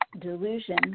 delusion